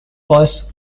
was